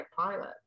pilot